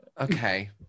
okay